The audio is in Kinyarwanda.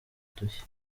udushya